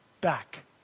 back